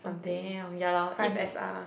oh damn ya lor if